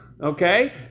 okay